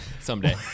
Someday